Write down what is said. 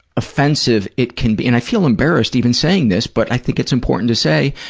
offensive it can be, and i feel embarrassed even saying this, but i think it's important to say,